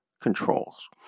controls